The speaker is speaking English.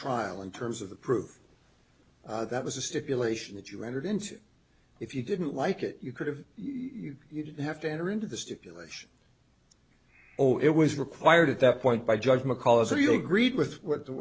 trial in terms of the proof that was a stipulation that you entered into if you didn't like it you could have you didn't have to enter into the stipulation oh it was required at that point by judge mccall if you agreed with what the